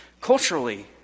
culturally